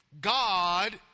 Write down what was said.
God